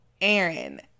Aaron